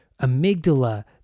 amygdala